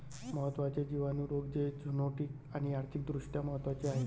महत्त्वाचे जिवाणू रोग जे झुनोटिक आणि आर्थिक दृष्ट्या महत्वाचे आहेत